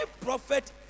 prophet